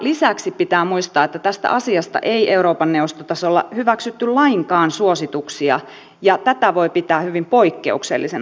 lisäksi pitää muistaa että tästä asiasta ei eurooppa neuvoston tasolla hyväksytty lainkaan suosituksia ja tätä voi pitää hyvin poikkeuksellisena